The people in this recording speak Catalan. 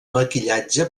maquillatge